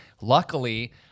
Luckily